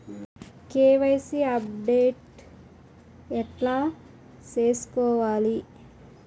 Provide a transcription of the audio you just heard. KYC update ఎట్లా సేసుకోవాలి?